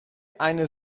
eine